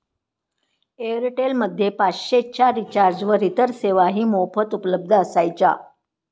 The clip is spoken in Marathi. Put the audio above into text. एअरटेल मध्ये पाचशे च्या रिचार्जवर इतर सेवाही मोफत उपलब्ध असायच्या